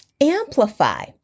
amplify